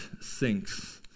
sinks